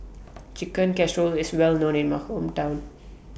Chicken Casserole IS Well known in My Hometown